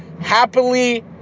happily